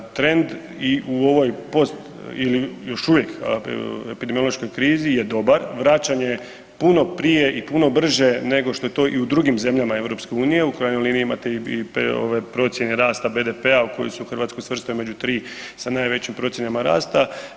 Trend i u ovoj post ili još uvijek epidemiološkoj krizi je dobar, vraćanje puno prije i puno brže nego što je to i u drugim zemljama EU, u krajnjoj liniji, imate i ove procjene rasta BDP-a u koju su Hrvatsku svrstali među 3 sa najvećim procjenama rasta.